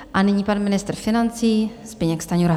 A nyní pan ministr financí Zbyněk Stanjura.